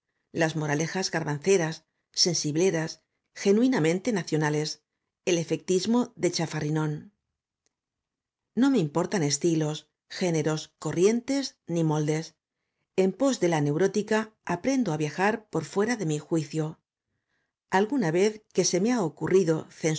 las moralejas garbanceras sensibleras genuinamente nacionales el efectismo de chafarrinón no me importara estilos géneros corrientes ni moldes en pos de la neurótica aprendo á viajar por fuera de mi juicio alguna vez que se me ha ocurrido